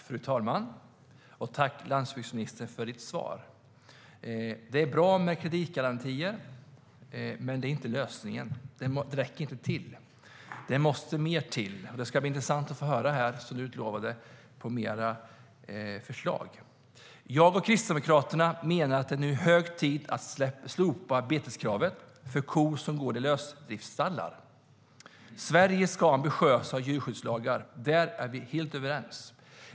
Fru talman! Tack, landsbygdsministern, för svaret! Det är bra med kreditgarantier, men det är inte lösningen. Det räcker inte, utan det måste till mer. Det ska bli intressant att lyssna på de ytterligare förslag som landsbygdsministern utlovade. Jag och Kristdemokraterna menar att det är hög tid att slopa beteskravet för kor som går i lösdriftsstallar. Sverige ska ha ambitiösa djurskyddslagar; där är vi helt överens.